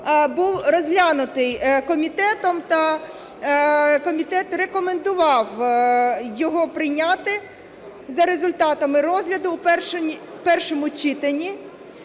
був розглянутий комітетом, та комітет рекомендував його прийняти за результатами розгляду в першому читанні.